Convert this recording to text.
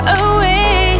away